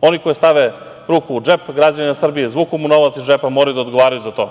Oni koji stave ruku u džep građanina Srbije, izvuku mu novac iz džepa, moraju da odgovaraju za to.